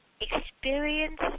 experience